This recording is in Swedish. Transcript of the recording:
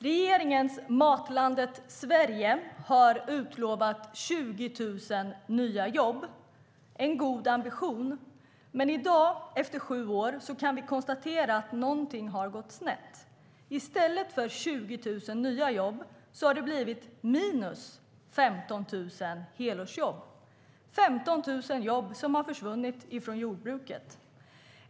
Regeringen har med Matlandet Sverige utlovat 20 000 nya jobb. Det är en god ambition. Men i dag efter sju år kan vi konstatera att någonting har gått snett. I stället för 20 000 nya jobb har det blivit minus 15 000 helårsjobb. Det är 15 000 jobb som har försvunnit från jordbruket.